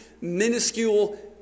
minuscule